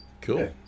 Cool